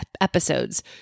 episodes